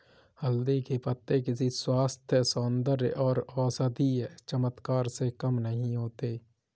हल्दी के पत्ते किसी स्वास्थ्य, सौंदर्य और औषधीय चमत्कार से कम नहीं होते